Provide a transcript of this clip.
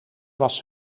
was